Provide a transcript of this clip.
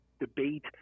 debate